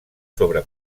sobre